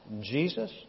Jesus